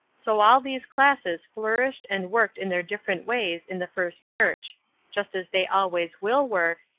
so all these classes flourished and worked in their different ways in the first church just as they always will work,